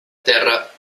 terra